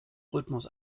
rhythmus